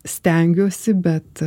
stengiuosi bet